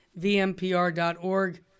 VMPR.org